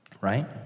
right